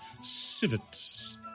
civets